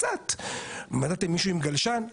מדדתם מישהו עם גלשן?